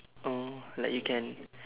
oh like you can